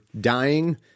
dying